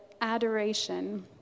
adoration